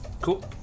Cool